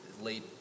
late